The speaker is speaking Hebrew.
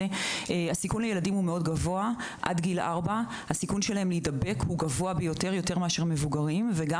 הסיכון של ילדים עד גיל 4 להידבק הוא גבוה יותר מאשר מבוגרים וגם